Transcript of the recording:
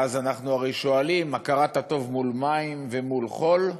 ואז אנחנו שואלים: הכרת הטוב מול מים ומול חול?